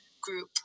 group